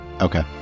okay